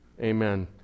Amen